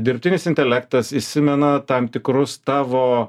dirbtinis intelektas įsimena tam tikrus tavo